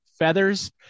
Feathers